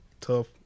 tough